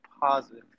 positive